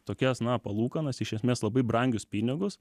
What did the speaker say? tokias na palūkanas iš esmės labai brangius pinigus